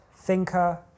thinker